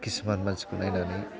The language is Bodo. किसुमान मानसिखौ नायनानै